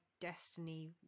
destiny